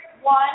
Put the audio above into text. one